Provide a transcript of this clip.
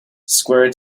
square